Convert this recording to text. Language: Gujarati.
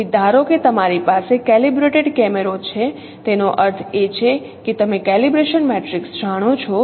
તેથી ધારો કે તમારી પાસે કેલિબ્રેટેડ કેમેરો છે તેનો અર્થ એ છે કે તમે કેલિબ્રેશન મેટ્રિક્સ જાણો છો